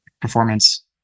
performance